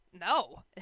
No